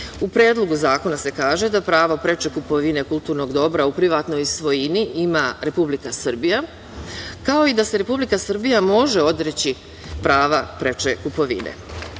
Predlogu zakona se kaže da pravo preče kupovine kulturnog dobra u privatnoj svojini ima Republika Srbija, kao i da se Republika Srbija može odreći prava preče kupovine. Što